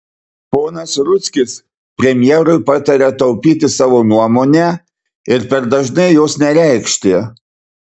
ponas rudzkis premjerui pataria taupyti savo nuomonę ir per dažnai jos nereikšti